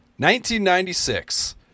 1996